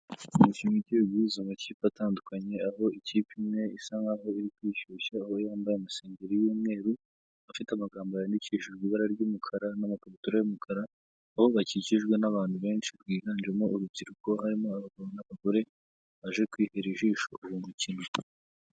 imishimiye igi guhuza amakipe atandukanye aho ikipe imwe isa nkaho iri kwishyushya aho yambaye amasengeri y'umweru afite amagambo yandikishijwe ibara ry'umukara n'amakabutura y'umukara, aho bakikijwe n'abantu benshi biwiganjemo urubyiruko harimo abagabo n'abagore baje kwihera ijisho uwo mukino.